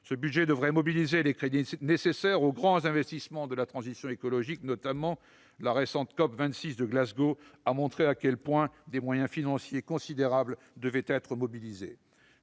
Ce budget devrait mobiliser les crédits nécessaires aux grands investissements de la transition écologique. La récente COP26 de Glasgow a montré à quel point des moyens financiers considérables devaient être engagés.